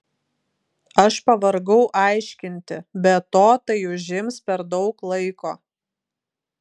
aš pavargau aiškinti be to tai užims per daug laiko